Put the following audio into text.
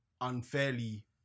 unfairly